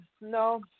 no